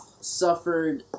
suffered